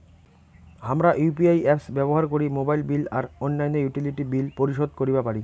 হামরা UPI apps ব্যবহার করি মোবাইল বিল আর অইন্যান্য ইউটিলিটি বিল পরিশোধ করিবা পারি